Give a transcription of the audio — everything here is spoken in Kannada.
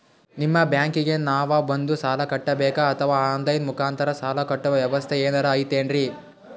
ನಿಮ್ಮ ಬ್ಯಾಂಕಿಗೆ ನಾವ ಬಂದು ಸಾಲ ಕಟ್ಟಬೇಕಾ ಅಥವಾ ಆನ್ ಲೈನ್ ಮುಖಾಂತರ ಸಾಲ ಕಟ್ಟುವ ವ್ಯೆವಸ್ಥೆ ಏನಾರ ಐತೇನ್ರಿ?